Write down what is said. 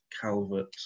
Calvert